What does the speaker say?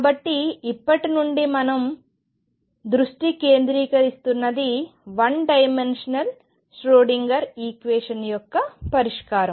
కాబట్టి ఇప్పటి నుండి మనం దృష్టి కేంద్రీకరిస్తున్నది వన్ డైమెన్షనల్ ష్రోడింగర్ ఈక్వేషన్ యొక్క పరిష్కారం